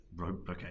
Okay